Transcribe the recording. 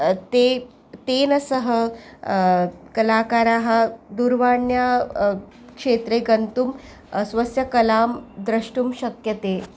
ते तेन सह कलाकाराः दूरवाण्यां क्षेत्रे गन्तुं स्वस्य कलां द्रष्टुं शक्यते